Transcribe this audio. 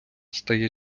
стає